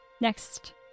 next